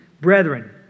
Brethren